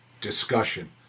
discussion